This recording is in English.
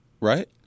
right